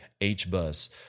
HBUS